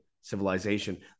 civilization